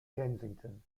kensington